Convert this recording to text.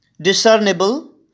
discernible